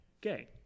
gay